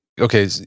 Okay